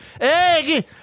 Hey